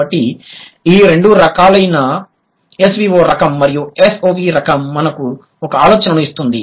కాబట్టి ఈ రెండు రకాలైన SVO రకం మరియు SOV రకం మనకు ఒక ఆలోచనను ఇస్తుంది